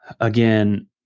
again